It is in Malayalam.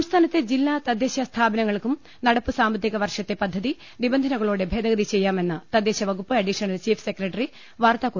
സംസ്ഥാനത്തെ ജില്ലാ തദ്ദേശ സ്ഥാപനങ്ങൾക്കും നടപ്പു സാമ്പത്തിക വർഷത്തെ പദ്ധതി നിബന്ധനകളോടെ ഭേദഗതി ചെയ്യാ മെന്ന് തദ്ദേശ വകുപ്പ് അഡീഷണൽ ചീഫ് സെക്രട്ടറി വാർത്താ കുറി